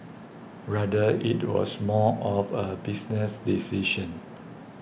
rather it was more of a business decision